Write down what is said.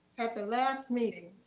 at the last meeting,